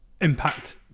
impact